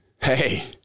hey